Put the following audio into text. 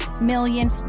million